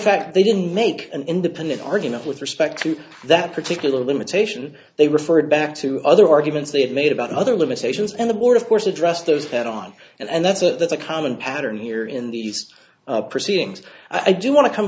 fact they didn't make an independent argument with respect to that particular limitation they referred back to other arguments they had made about other limitations and the board of course addressed theirs head on and that's it that's a common pattern here in these proceedings i do want to come